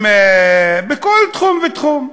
בכל תחום ותחום.